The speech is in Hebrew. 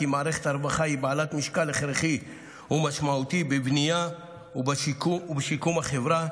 כי מערכת הרווחה היא בעלת משקל הכרחי ומשמעותי בבנייה ובשיקום החברה,